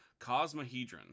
Cosmohedron